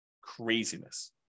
Craziness